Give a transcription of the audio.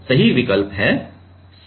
सही विकल्प सी है